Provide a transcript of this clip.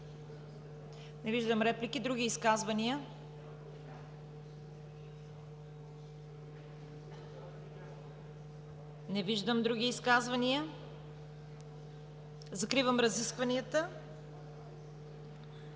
Не виждам реплики. Други изказвания? Не виждам други изказвания. Закривам разискванията. Моля режим на